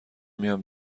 میام